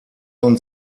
und